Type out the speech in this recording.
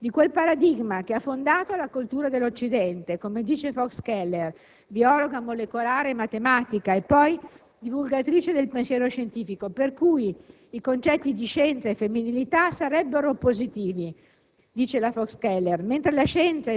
anzi più precisamente di quel paradigma che ha fondato la cultura dell'Occidente, come dice Fox Keller, biologa molecolare e matematica e poi divulgatrice del pensiero scientifico, per cui i concetti di scienza e femminilità sarebbero oppositivi.